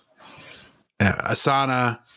Asana